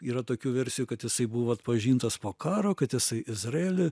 yra tokių versijų kad jisai buvo atpažintas po karo kad jisai izraely